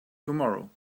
tomorrow